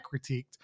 critiqued